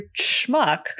schmuck